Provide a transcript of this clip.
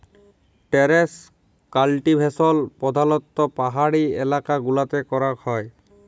terrace cultivation প্রধালত্ব পাহাড়ি এলাকা গুলতে ক্যরাক হ্যয়